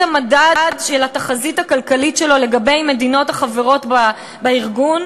המדד של התחזית הכלכלית שלו לגבי מדינות החברות בארגון,